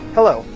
Hello